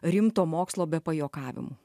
rimto mokslo be pajuokavimų